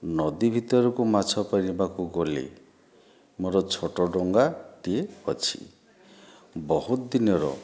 ନଦୀ ଭିତରକୁ ମାଛ ପାରିବାକୁ ଗଲେ ମୋ'ର ଛୋଟ ଡଙ୍ଗାଟିଏ ଅଛି ବହୁତ ଦିନର